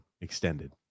extended